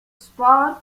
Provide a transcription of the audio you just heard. sport